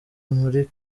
muri